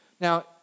Now